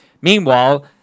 Meanwhile